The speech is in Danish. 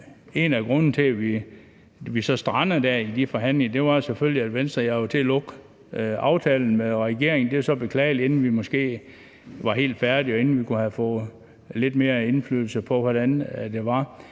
En af grundene til, at vi strandede i de forhandlinger, var selvfølgelig, at Venstre blev jaget til at lukke aftalen med regeringen, og det er så beklageligt, inden vi var helt færdige, og inden vi havde fået lidt mere indflydelse på det.